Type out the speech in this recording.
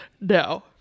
No